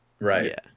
Right